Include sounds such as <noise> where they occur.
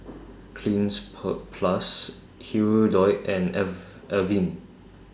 Cleanz <unintelligible> Plus Hirudoid and <unintelligible> Avene